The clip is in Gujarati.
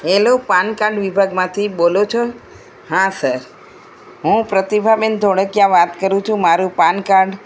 હેલો પાનકાડ વિભાગમાંથી બોલો છો હા સર હું પ્રતિભાબેન ધોળકિયા વાત કરું છું મારું પાનકાર્ડ